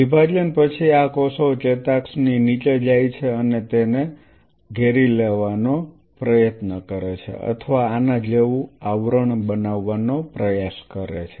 વિભાજન પછી આ કોષો ચેતાક્ષની નીચે જાય છે અને તેને ઘેરી લેવાનો પ્રયત્ન કરે છે અથવા આના જેવું આવરણ બનાવવાનો પ્રયાસ કરે છે